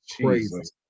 Jesus